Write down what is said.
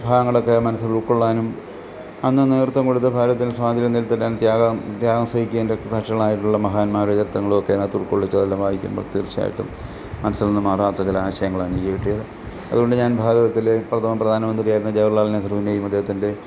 ഭാഗങ്ങളൊക്കെ മനസ്സിൽ ഉൾക്കൊള്ളാനും അന്ന് നേതൃത്വം കൊടുത്ത ഭാരതത്തിന് സ്വാതന്ത്രം നേടിത്തരാൻ ത്യാഗം ത്യാഗം സഹിക്കേണ്ട രക്തസാക്ഷികളായിട്ടുള്ള മഹാന്മാരുടെ ചിത്രങ്ങളൊക്കെ ഇതിനകത്തുൾക്കൊള്ളിച്ച് വായിക്കുമ്പോൾ തീർച്ചയായിട്ടും മനസിൽനിന്ന് മാറാത്ത ചില ആശയങ്ങളാണെനിക്ക് കിട്ടിയത് അതുകൊണ്ട് ഞാൻ ഭാരതത്തിൽ പ്രഥമ പ്രധാനമന്ത്രിയായിരുന്ന ജവഹർലാൽ നെഹ്രൂവിനേയും അദ്ദേഹത്തിന്റെ